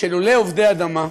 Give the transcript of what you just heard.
שלולא עובדי אדמה,